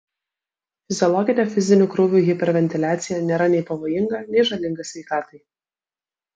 fiziologinė fizinių krūvių hiperventiliacija nėra nei pavojinga nei žalinga sveikatai